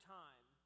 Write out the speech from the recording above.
time